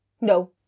No